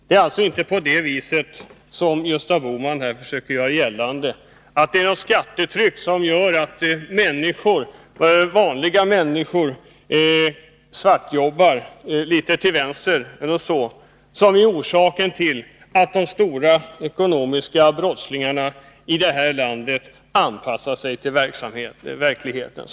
Det är alltså inte så — som Gösta Bohman försöker göra gällande — att det är på grund av skattetrycket som vanliga människor svartjobbar, att det skulle vara orsaken till att de stora ekonomiska brottslingarna i vårt land anpassar sig till verkligheten.